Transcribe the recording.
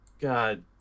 god